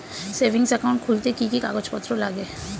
Savings account খুলতে কি কি কাগজপত্র লাগে?